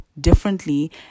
differently